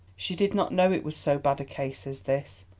she did not know it was so bad a case as this.